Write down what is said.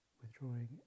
withdrawing